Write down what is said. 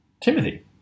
Timothy